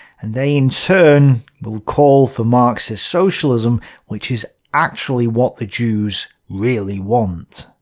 and they, in-turn, will call for marxist-socialism, which is actually what the jews really want.